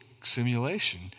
simulation